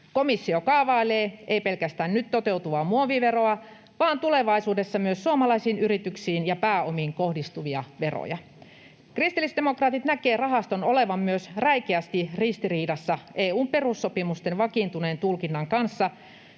Komissio kaavailee ei pelkästään nyt toteutuvaa muoviveroa vaan tulevaisuudessa myös suomalaisiin yrityksiin ja pääomiin kohdistuvia veroja. Kristillisdemokraatit näkevät rahaston olevan myös räikeästi ristiriidassa EU:n perussopimusten vakiintuneen tulkinnan kanssa,